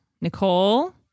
Nicole